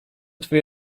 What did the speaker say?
twoi